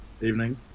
Evening